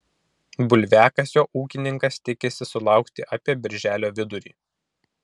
bulviakasio ūkininkas tikisi sulaukti apie birželio vidurį